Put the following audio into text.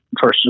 first